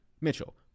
Mitchell